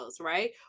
right